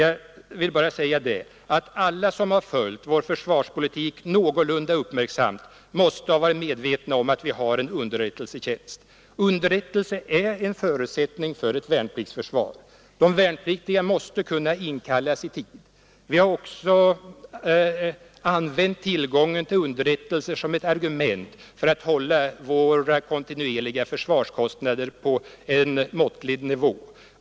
Jag vill bara säga att alla som följt vår försvarspolitik någorlunda uppmärksamt måste ha varit medvetna om att vi har en underrättelsetjänst. Underrättelser är en förutsättning för ett värnpliktsförsvar. De värnpliktiga måste kunna inkallas i tid. Vi har också använt tillgången till underrättelser som ett argument för att hålla våra kontinuerliga försvarskostnader på en måttlig nivå.